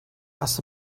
ass